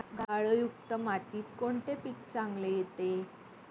गाळयुक्त मातीत कोणते पीक चांगले येते?